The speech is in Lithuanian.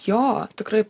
jo tikrai